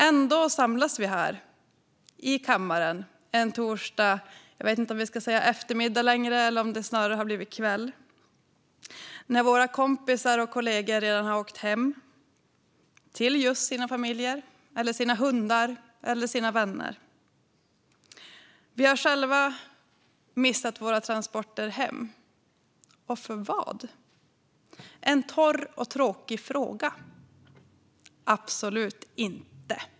Ändå samlas vi här i kammaren en torsdag - jag vet inte om vi ska säga eftermiddag längre eller om det snarare har blivit kväll - när våra kompisar och kollegor redan har åkt hem till just sina familjer, sina hundar eller sina vänner. Vi har själva missat våra transporter hem - och för vad? En torr och tråkig fråga? Absolut inte!